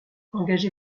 engagé